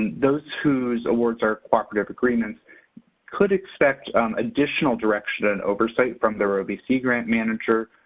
those whose awards are cooperative agreements could expect additional direction and oversight from their ovc grant manager,